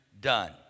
done